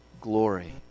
glory